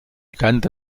canta